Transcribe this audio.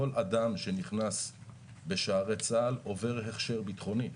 כל אדם שנכנס בשערי צה"ל עובר הכשר ביטחוני.